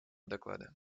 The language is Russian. доклада